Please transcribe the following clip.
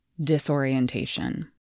disorientation